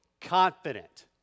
confident